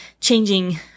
changing